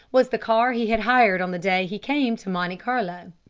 was the car he had hired on the day he came to monte carlo.